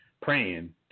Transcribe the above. praying